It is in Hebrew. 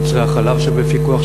מוצרי החלב שבפיקוח,